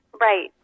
right